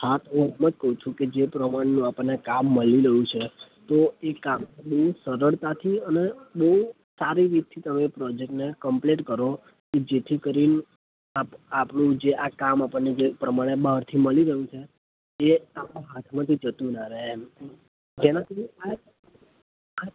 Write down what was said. હા તો હું એમ જ કહું છું કે જે પ્રમાણનું આપણને કામ મળી રહ્યું છે તો એ કામ બહુ સરળતાથી અને બહુ સારી રીતથી તમે પ્રોજેક્ટને કમ્પ્લીટ કરો જેથી કરીણે આપણું જે આ કામ આપણને જે પ્રમાણે બહારથી મળી રહ્યું છે એ આપણા હાથમાંથી જતું ન રે એમ એનાથી